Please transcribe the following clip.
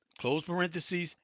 close parenthesis.